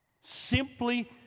Simply